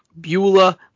Beulah